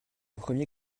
premier